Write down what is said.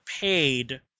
paid